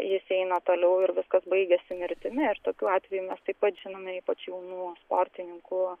jis eina toliau ir viskas baigiasi mirtimi ir tokių atvejų mes taip pat žinome ypač jaunų sportininkų